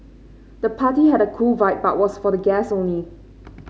the party had a cool vibe but was for guests only